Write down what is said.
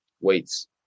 Weights